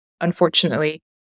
Unfortunately